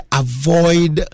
avoid